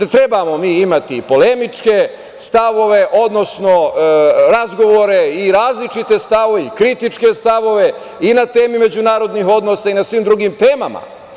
Treba da imamo i polemičke stavove, odnosno razgovore i različite stavove i kritičke stavove i na temi međunarodnih odnosa i na svim drugim temama.